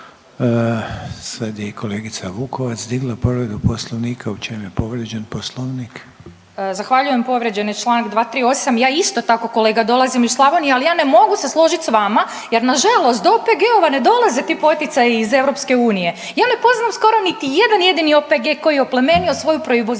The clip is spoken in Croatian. Sad je i kolegica Vukovac digla povredu poslovnika, u čem je povrijeđen poslovnik? **Vukovac, Ružica (Nezavisni)** Zahvaljujem. Povrijeđen je čl. 238., ja isto tako kolega dolazim iz Slavonije, al ja ne mogu se složit s vama jer nažalost do OPG-ova ne dolaze ti poticaji iz EU, ja ne poznam skoro niti jedan jedini OPG koji je oplemenio svoju proizvodnju